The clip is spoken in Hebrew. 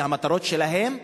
והמטרות שלהן,